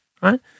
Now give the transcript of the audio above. right